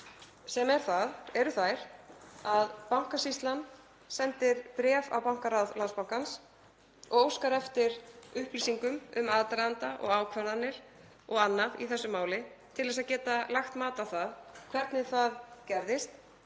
sett, sem eru þær að Bankasýslan sendir bréf á bankaráð Landsbankans og óskar eftir upplýsingum um aðdraganda og ákvarðanir og annað í þessu máli til að geta lagt mat á það hvernig það gerðist